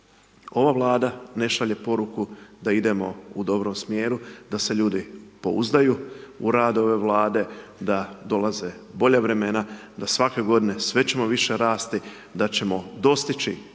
ova Vlada ne šalje poruku da idemo u dobrom smjeru da se ljudi pouzdaju u rad ove Vlade, da dolaze bolja vremena, da svake godine sve ćemo više rasti, da ćemo dostići